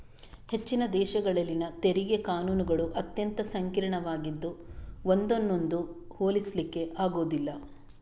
ಹೆಚ್ಚಿನ ದೇಶಗಳಲ್ಲಿನ ತೆರಿಗೆ ಕಾನೂನುಗಳು ಅತ್ಯಂತ ಸಂಕೀರ್ಣವಾಗಿದ್ದು ಒಂದನ್ನೊಂದು ಹೋಲಿಸ್ಲಿಕ್ಕೆ ಆಗುದಿಲ್ಲ